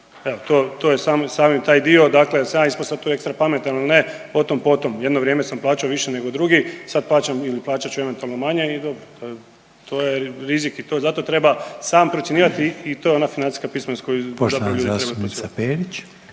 samo, samo taj dio, dakle da sam ja ispao tu ekstra pametan ili ne o tom potom, jedno vrijeme sam plaćao više nego drugi, sad plaćam ili plaćat ću eventualno manje i dobro. To je, to je rizik i zato treba sam procjenjivati i to je ona financijska pismenost koju zapravo…/Govornik